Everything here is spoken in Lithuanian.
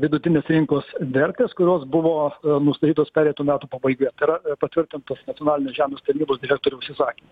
vidutinės rinkos vertės kurios buvo nustatytos pereitų metų pabaigoje tai yra patvirtintos nacionalinės žemės tarnybos direktoriaus įsakymu